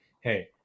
Hey